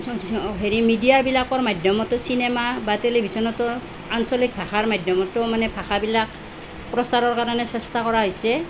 হেৰি মিডিয়াবিলাকৰ মাধ্যমতো চিনেমা বা টেলিভিশ্যতো আঞ্চলিক ভাষাৰ মাধ্যমতো মানে ভাষাবিলাক প্ৰচাৰৰ কাৰণে চেষ্টা কৰা হৈছে